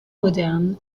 moderne